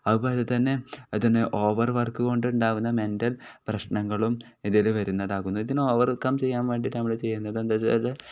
അപ്പം അതിൽ തന്നെ അത് പോലെ തന്നെ ഓവർ വർക്ക് കൊണ്ട് ഉണ്ടാകുന്ന മെൻറൽ പ്രശ്നങ്ങളും ഇതിൽ വരുന്നതാകുന്നു ഇതിന് ഓവർ കം ചെയ്യാൻ വേണ്ടിയിട്ട് നമ്മൾ ചെയ്യുന്നത് എന്തൊരു